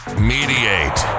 mediate